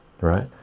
right